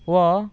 ଓ